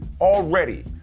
already